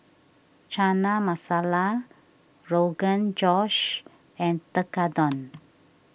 Chana Masala Rogan Josh and Tekkadon